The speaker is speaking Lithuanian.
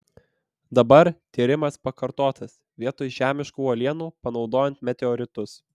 dabar tyrimas pakartotas vietoj žemiškų uolienų panaudojant meteoritus